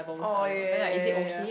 oh ya ya ya ya